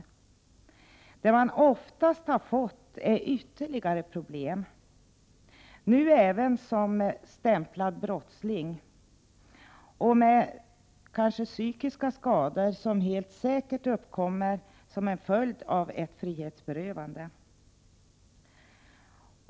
149 Oftast har den straffade fått ytterligare problem, nu även som stämplad brottsling. Kanske har vederbörande psykiska skador, som helt säkert kan uppkomma som en följd av ett frihetsberövande.